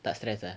tak stress ah